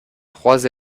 trois